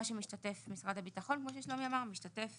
מה שמשתתף משרד הביטחון כמו ששלומי אמר, משתתף